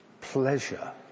pleasure